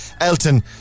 Elton